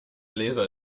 laser